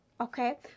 okay